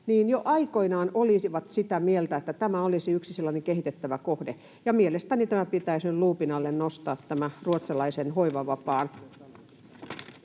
jo aikoinaan olivat sitä mieltä, että tämä olisi yksi sellainen kehitettävä kohde. Mielestäni pitäisi nyt luupin alle nostaa tämä ruotsalainen hoivavapaa.